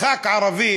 חבר כנסת ערבי